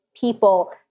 people